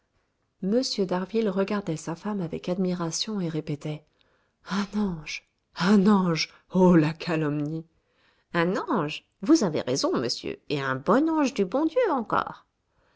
m d'harville regardait sa femme avec admiration et répétait un ange un ange oh la calomnie un ange vous avez raison monsieur et un bon ange du bon dieu encore